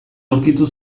aurkitu